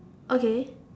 okay